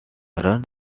ran